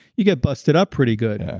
you get busted up pretty good.